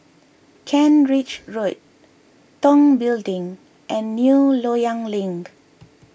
Kent Ridge Road Tong Building and New Loyang Link